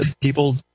People